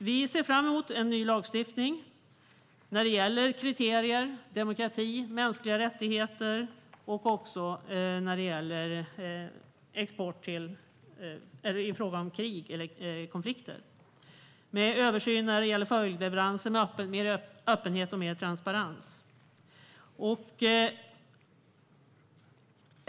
Vi ser fram emot en ny lagstiftning när det gäller kriterier, demokrati, mänskliga rättigheter och export i fråga om krig eller konflikter. Vi vill se en översyn av följdleveranser med mer öppenhet och transparens.